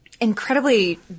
incredibly